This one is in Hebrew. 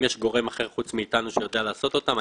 יש גורם אחר חוץ מאתנו שיודע לעשות אותם.